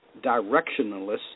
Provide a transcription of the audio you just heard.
directionalist